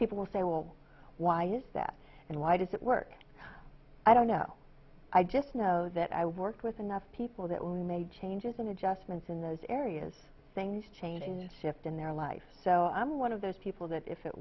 people will say well why is that and why does it work i don't know i just know that i worked with enough people that made changes and adjustments in those areas things change and shift in their life so i'm one of those people that if it